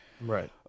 Right